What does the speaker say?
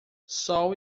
sol